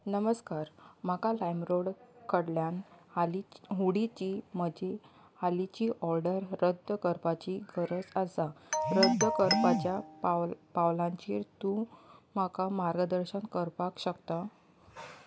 नमस्कार म्हाका लायमरॉड कडल्यान हुडी ची म्हजी हालींची ऑर्डर रद्द करपाची गरज आसा रद्द करपाच्या पावलांचेर तूं म्हाका मार्गदर्शन करपाक शकता